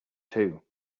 too